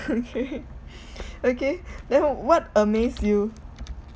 okay okay then wh~ what amaze you